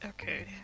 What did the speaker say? Okay